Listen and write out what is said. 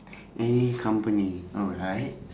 any company alright